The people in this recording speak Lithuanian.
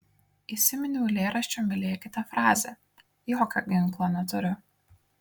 įsiminiau eilėraščio mylėkite frazę jokio ginklo neturiu